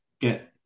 get